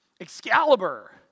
Excalibur